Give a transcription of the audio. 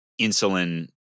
insulin